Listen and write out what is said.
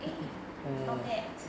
eh not pets